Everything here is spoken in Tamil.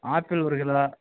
ஆப்பிள் ஒரு கிலோ